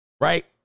right